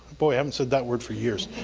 boy i haven't said that word for years.